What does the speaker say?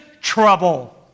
trouble